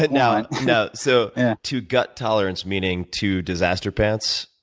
but now, and you know so to gut tolerance, meaning to disaster pants,